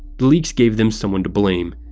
the leaks gave them someone to blame.